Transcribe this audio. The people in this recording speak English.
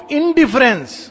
indifference